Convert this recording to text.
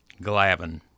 glavin